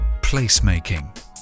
placemaking